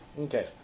Okay